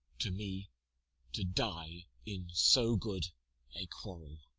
to me to die in so good a quarrel.